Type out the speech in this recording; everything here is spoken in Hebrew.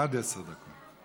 עד עשר דקות.